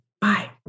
Bye